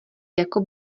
jako